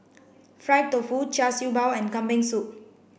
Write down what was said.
fried tofu Char Siew Bao and Kambing soup